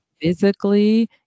physically